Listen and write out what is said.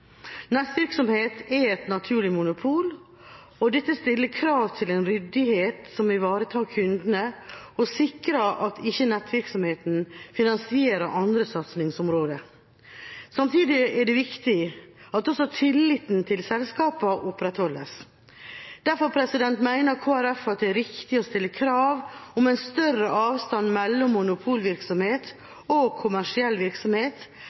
Nettvirksomhet er et naturlig monopol, og dette stiller krav til en ryddighet som ivaretar kundene og sikrer at ikke nettvirksomheten finansierer andre satsingsområder. Samtidig er det viktig at også tilliten til selskapene opprettholdes. Derfor mener Kristelig Folkeparti at det er riktig å stille krav om en større avstand mellom monopolvirksomhet og kommersiell virksomhet